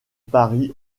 paris